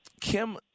Kim